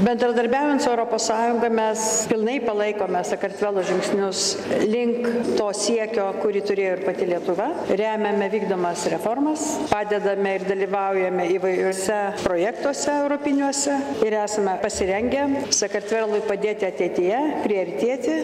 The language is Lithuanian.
bendradarbiaujant su europos sąjunga mes pilnai palaikome sakartvelo žingsnius link to siekio kurį turėjo pati lietuva remiame vykdomas reformas padedame ir dalyvaujame įvairiuose projektuose europiniuose ir esame pasirengę sakartvelui padėti ateityje priartėti